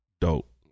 dope